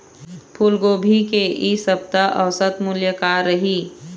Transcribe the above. फूलगोभी के इ सप्ता औसत मूल्य का रही?